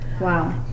Wow